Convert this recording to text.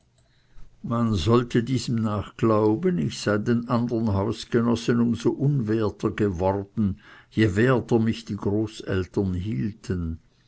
man sollte diesem nach glauben ich sei den andern hausgenossen um so unwerter geworden je werter mich die großeltern hielten